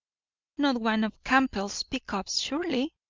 not one of campbell's pick-ups, surely?